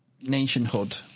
nationhood